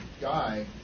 guy